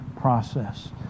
process